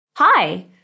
Hi